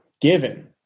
given